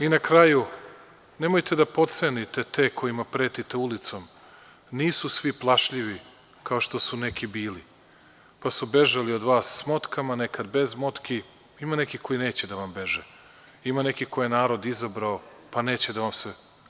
I na kraju nemojte da potcenite te kojima pretite ulicom, nisu svi plašljivi, kao što su neki bili, pa su bežali od vas s motkama, nekada bez motki, ima neki koji neće da vam beže, ima neki koji narod izabrao, pa neće da vam se.